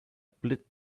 plitt